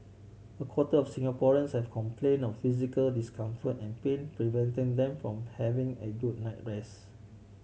a quarter of Singaporeans have complain of physical discomfort and pain preventing them from having a good night rest